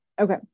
okay